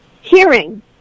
hearing